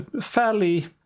fairly